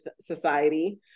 society